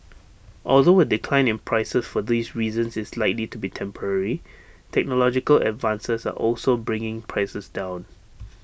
although A decline in prices for these reasons is likely to be temporary technological advances are also bringing prices down